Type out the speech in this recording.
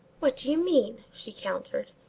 what do you mean? she countered,